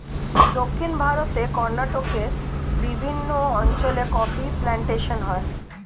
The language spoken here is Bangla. দক্ষিণ ভারতে কর্ণাটকের বিভিন্ন অঞ্চলে কফি প্লান্টেশন হয়